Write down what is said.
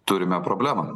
turime problemą